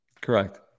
Correct